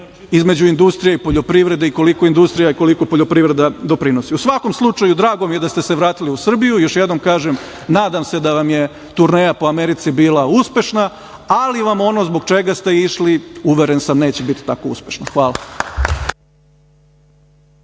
između industrije i poljoprivrede i koliko industrija i koliko poljoprivreda doprinosi.U svakom slučaju, drago mi je da ste se vratili u Srbiju, još jednom kažem, nadam se da vam je turneja po Americi bila uspešna, ali vam ono zbog čega ste išli, uveren sam, neće biti tako uspešno. Hvala.